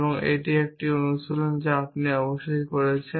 এবং এটি একটি অনুশীলন যা আপনি অবশ্যই করেছেন